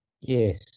Yes